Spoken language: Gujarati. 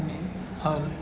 અને હાલ